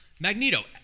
Magneto